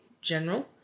general